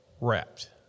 wrapped